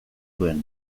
zuen